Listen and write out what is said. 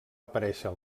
aparèixer